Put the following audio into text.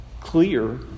clear